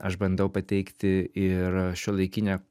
aš bandau pateikti ir šiuolaikinę